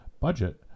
budget